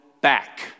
back